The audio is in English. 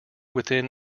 within